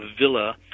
villa